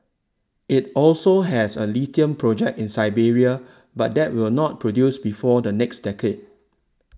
it also has a lithium project in Serbia but that will not produce before the next decade